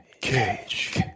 Cage